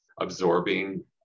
absorbing